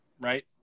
right